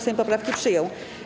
Sejm poprawki przyjął.